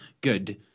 good